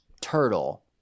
turtle